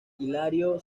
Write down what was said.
hilario